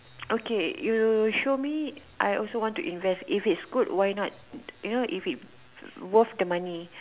okay you show me I also want to invest if it's good why not you know if it's worth the money